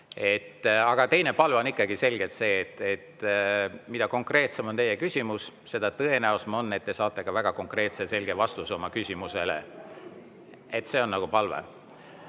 Aga palve on ikkagi selgelt see, et mida konkreetsem on teie küsimus, seda tõenäolisem on, et te saate ka väga konkreetse ja selge vastuse oma küsimusele. See on nagu palve. Võtan